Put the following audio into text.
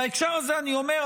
בהקשר הזה אני אומר,